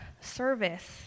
service